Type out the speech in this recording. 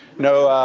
no,